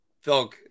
Phil